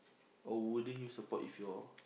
or wouldn't you support if your